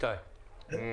היום הם